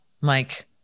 Mike